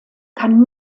kann